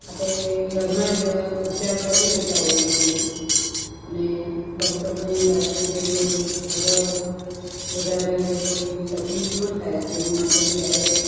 આપણે ઘરમાં જ ઉપચાર કરી લેતા હોઈએ છીએ અને ડૉક્ટરને પાસે જઈને આગળ વધારે કોઈ તકલીફ ન થાય તેની માટે બી આપણે